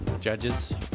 Judges